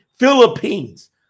Philippines